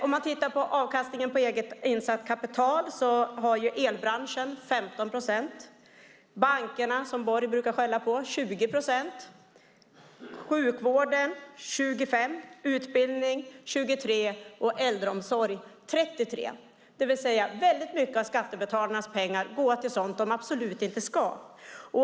Om vi tittar på avkastningen på eget insatt kapital kan vi se att i elbranschen är den 15 procent, i bankerna, som Borg brukar skälla på, 20 procent, i sjukvården 25 procent, i utbildningen 23 procent och i äldreomsorgen 33 procent. Väldigt mycket av skattebetalarnas pengar går till sådant som de absolut inte ska gå till.